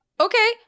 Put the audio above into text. Okay